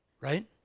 right